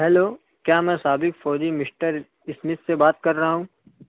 hello کیا میں سابق فوجی مسٹر اسمتھ سے بات کر رہا ہوں